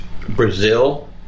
Brazil